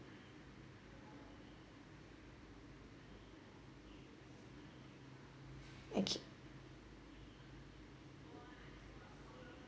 okay